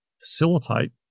facilitate